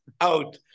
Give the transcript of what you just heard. out